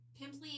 pimply